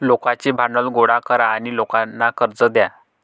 लोकांचे भांडवल गोळा करा आणि लोकांना कर्ज द्या